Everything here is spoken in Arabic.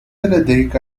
لديك